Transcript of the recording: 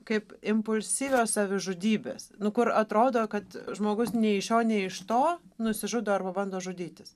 kaip impulsyvios savižudybės kur atrodo kad žmogus nei iš šio nei iš to nusižudo arba bando žudytis